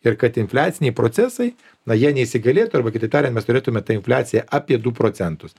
ir kad infliaciniai procesai na jie neįsigalėtų arba kitaip tariant mes turėtume tą infliaciją apie du procentus